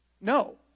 No